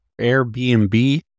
Airbnb